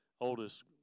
oldest